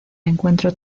encuentro